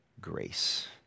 grace